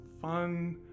fun